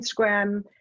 Instagram